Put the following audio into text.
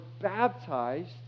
baptized